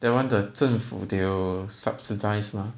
that [one] the 政府 they will subsidize mah